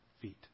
feet